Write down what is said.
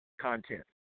content